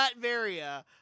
Latveria